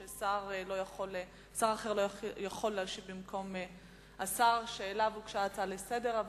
כדי ששר אחר לא יכול להשיב במקום השר שאליו הוגשה ההצעה לסדר-היום.